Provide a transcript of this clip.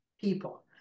people